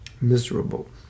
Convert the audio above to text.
miserable